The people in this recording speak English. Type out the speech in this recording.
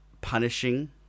punishing